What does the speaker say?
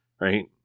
right